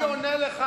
אני עונה לך.